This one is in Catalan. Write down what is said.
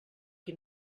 qui